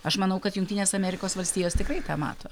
aš manau kad jungtinės amerikos valstijos tikrai tą mato